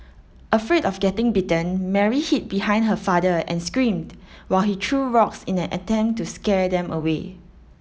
afraid of getting bitten Mary hid behind her father and screamed while he threw rocks in an attempt to scare them away